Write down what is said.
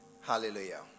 Hallelujah